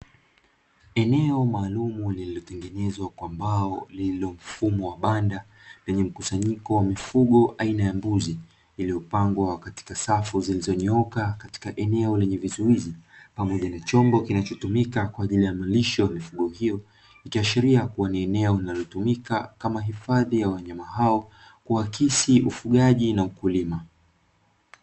Eneo maalumu lililotengenezwa kwa mbao lililo mfumo wa banda lenye mkusanyiko wa mifugo aina ya mbuzi zilizopangwa katika safu zilizonyooka katika eneo lenye vizuizi pamoja na chombo kinachotumika kwa ajili ya malisho ya mifugo hiyo, ikiashiria kuwa ni eneo linalotumika kama hifadhi ya wanyama hao kuakisi ufugaji na ukulima.